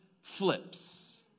flips